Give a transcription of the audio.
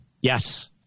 Yes